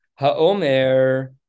haomer